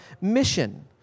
mission